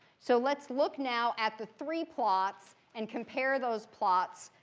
so let's look now at the three plots, and compare those plots.